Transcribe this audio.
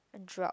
a drought